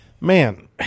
Man